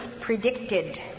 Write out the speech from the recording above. predicted